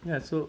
ya so